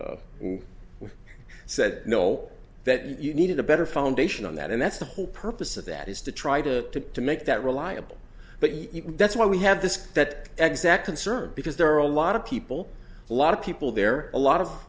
be said no that you needed a better foundation on that and that's the whole purpose of that is to try to to make that reliable but that's why we have this that exact concern because there are a lot of people a lot of people there a lot of